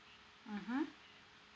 mmhmm